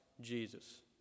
Jesus